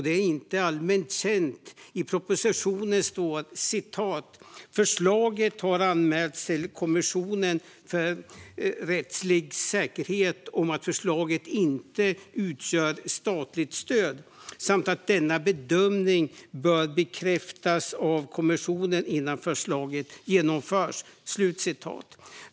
Det är inte allmänt känt, men i propositionen står: "förslaget anmälts till kommissionen för rättslig säkerhet om att förslaget inte utgör statligt stöd. Denna bedömning bör bekräftas av kommissionen innan förslaget genomförs."